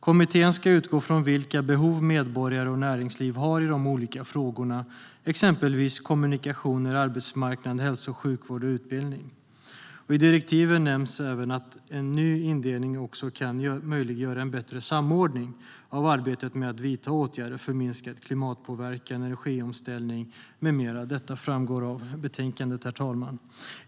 Kommittén ska utgå från vilka behov medborgare och näringsliv har i de olika frågorna, exempelvis kommunikationer, arbetsmarknad, hälso och sjukvård och utbildning. I direktiven nämns även att en ny indelning kan möjliggöra en bättre samordning av arbetet med att vidta åtgärder för minskad klimatpåverkan, energiomställning med mera. Detta framgår av betänkandet, herr talman.